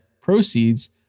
proceeds